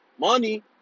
Money